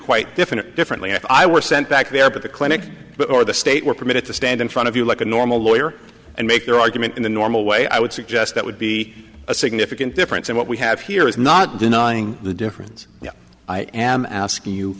quite different differently if i were sent back there but the clinic but for the state were permitted to stand in front of you like a normal lawyer and make their argument in the normal way i would suggest that would be a significant difference in what we have here is not denying the difference i am asking you